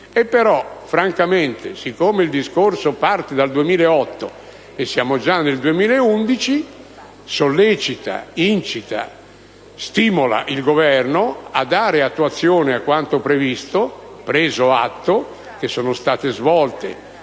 però, dal momento che il discorso parte dal 2008 e siamo già nel 2011, la mozione sollecita, incita e stimola il Governo a dare attuazione a quanto previsto, preso atto che sono state svolte